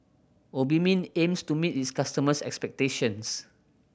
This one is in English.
Obimin aims to meet its customers' expectations